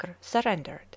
surrendered